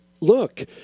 look